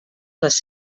les